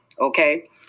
Okay